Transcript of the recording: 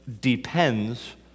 depends